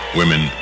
women